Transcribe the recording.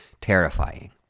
terrifying